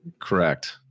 Correct